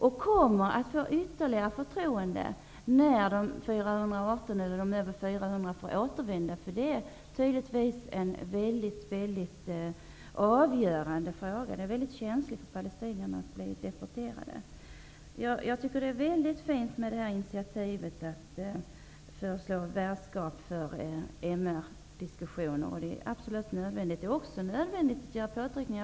De kommer att få ytterligare förtroende när de övriga över 400 personerna får återvända. Det är tydligen en mycket avgörande fråga; det är väldigt känsligt för palestinierna att bli deporterade. Initiativet att föreslå värdskap för MR-diskussioner tycker jag är väldigt fint. Det är absolut nödvändigt. Det är också nödvändigt att man utövar påtryckningar.